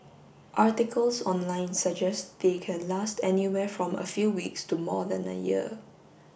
articles online suggest they can last anywhere from a few weeks to more than a year